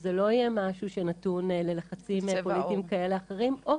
שזה לא יהיה משהו שנתון ללחצים פוליטיים כאלה או אחרים --- וצבע עור.